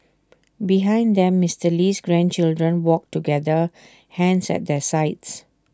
behind them Mister Lee's grandchildren walked together hands at their sides